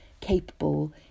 capable